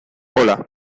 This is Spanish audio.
hola